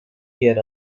yer